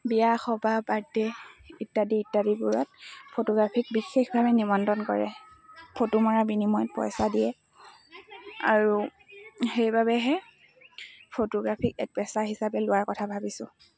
বিয়া সবাহ বাৰ্থডে' ইত্যাদি ইত্যাদিবোৰত ফটোগ্ৰাফীিক বিশেষভাৱে নিমন্ত্ৰণ কৰে ফটো মৰা বিনিময়ত পইচা দিয়ে আৰু সেইবাবেহে ফটোগ্ৰাফিক এক প্ৰেচা হিচাপে লোৱাৰ কথা ভাবিছোঁ